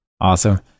Awesome